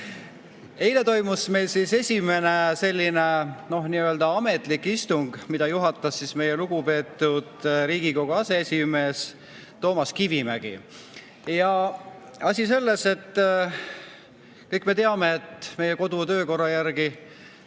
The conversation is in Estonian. Eile toimus meil esimene selline nii-öelda ametlik istung, mida juhatas meie lugupeetud Riigikogu aseesimees Toomas Kivimägi. Ja asi on selles, et kõik me teame, et meie kodu- ja töökorra järgi